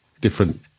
different